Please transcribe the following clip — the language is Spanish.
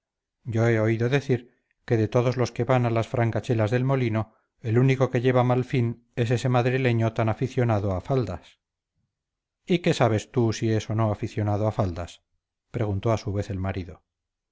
yo he oído decir que de todos los que van a las francachelas del molino el único que lleva mal fin es ese madrileño tan aficionado a faldas y qué sabes tú si es o no aficionado a faldas preguntó a su vez el marido